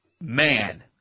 man